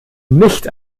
nicht